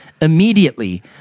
Immediately